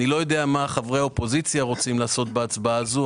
אני לא יודע מה חברי האופוזיציה רוצים לעשות בהצבעה הזאת,